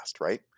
right